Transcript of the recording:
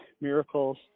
miracles